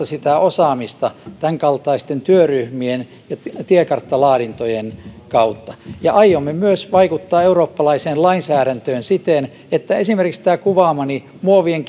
sitä osaamista tämänkaltaisten työryhmien ja tiekarttalaadintojen kautta aiomme myös vaikuttaa eurooppalaiseen lainsäädäntöön siten että esimerkiksi tätä kuvaamaani muovien